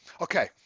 Okay